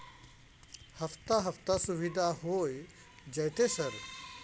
हफ्ता हफ्ता सुविधा होय जयते सर?